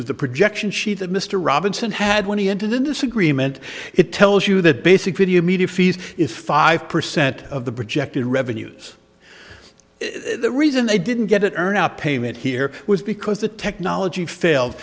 the projection sheet that mr robinson had when he entered in disagreement it tells you that basically the immediate fees is five percent of the projected revenues the reason they didn't get it earn out payment here was because the technology fail